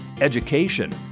education